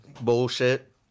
bullshit